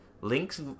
Link's